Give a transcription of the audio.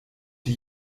die